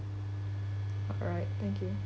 alright thank you